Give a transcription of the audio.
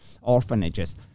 orphanages